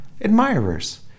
admirers